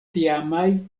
tiamaj